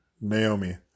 Naomi